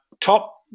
top